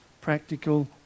practical